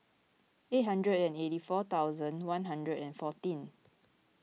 eight hundred and eighty four thousand one hundred and fourteen